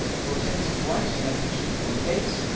your tents of white now pitch'd before the gates,